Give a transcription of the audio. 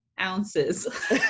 ounces